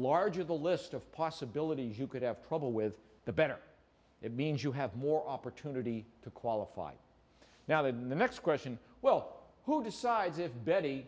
larger the list of possibilities you could have trouble with the better it means you have more opportunity to qualify now the next question well who decides if betty